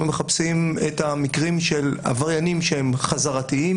אנחנו מחפשים את המקרים של עבריינים שהם חזרתיים,